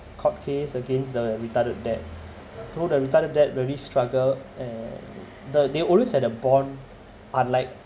court case against the retarded dad so the retarded dad really struggled and they always have a bond unlike